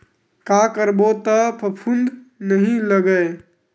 का करबो त फफूंद नहीं लगय?